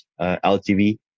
LTV